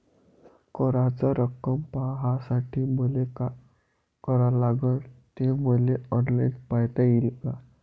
कराच रक्कम पाहासाठी मले का करावं लागन, ते मले ऑनलाईन पायता येईन का?